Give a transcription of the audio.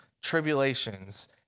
tribulations